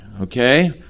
okay